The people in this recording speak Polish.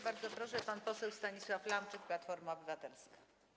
Bardzo proszę, pan poseł Stanisław Lamczyk, Platforma Obywatelska.